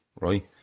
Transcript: right